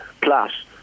plus